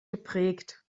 geprägt